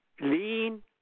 Lean